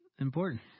important